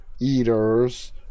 eaters